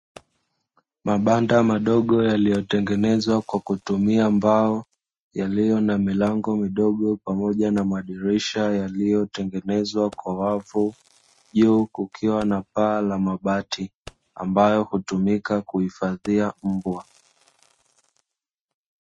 Mabanda madogo, yaliyotengenezwa kwa kutumia mbao, yaliyo na milango midogo pamoja na madirisha yaliyotengenezwa kwa wavu, juu kukiwa na paa la mabati, ambayo hutumika kuhifadhia mbwa.